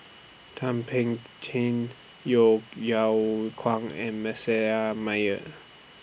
Thum Ping Tjin Yeo Yeow Kwang and Meyer